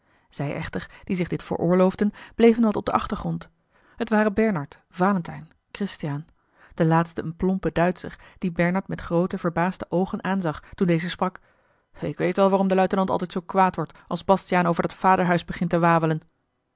zij echter die zich dit veroorloofden bleven wat op den achtergrond het waren bernard valentijn christiaan de laatste een plompe duitscher die bernard met groote verbaasde oogen aanzag toen deze sprak ik weet wel waarom de luitenant altijd zoo kwaad wordt als bastiaan over dat vaderhuis begint te wawelen